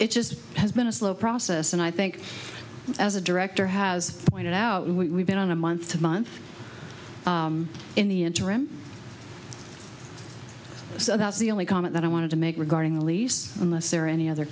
it just has been a slow process and i think as a director has pointed out we've been on a month to month in the interim so that's the only comment that i wanted to make regarding the lease unless there are any other